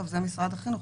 זה משרד החינוך.